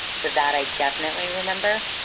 so that i definitely remember.